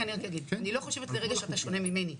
אני לא חושבת לרגע שאתה שונה ממני.